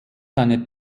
seine